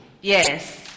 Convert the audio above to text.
Yes